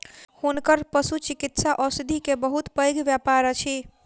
हुनकर पशुचिकित्सा औषधि के बहुत पैघ व्यापार अछि